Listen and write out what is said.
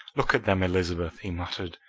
look at them, elizabeth! he muttered.